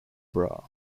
bra